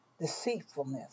deceitfulness